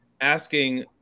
asking